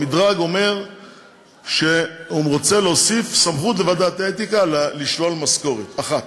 המדרג אומר שהוא רוצה להוסיף סמכות לוועדת האתיקה לשלול משכורת אחת.